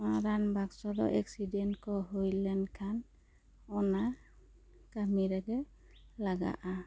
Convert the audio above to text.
ᱚᱱᱟ ᱨᱟᱱ ᱵᱟᱠᱥᱚ ᱫᱚ ᱮᱠᱥᱤᱰᱮᱱᱴ ᱠᱚ ᱦᱩᱭ ᱞᱮᱱ ᱠᱷᱟᱱ ᱚᱱᱟ ᱠᱟᱹᱢᱤ ᱨᱮᱜᱮ ᱞᱟᱜᱟᱜᱼᱟ